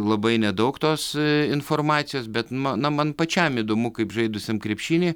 labai nedaug tos informacijos bet ma na man pačiam įdomu kaip žaidusiam krepšinį